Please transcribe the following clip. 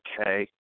okay